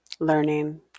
learning